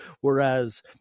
Whereas